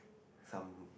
some